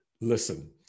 Listen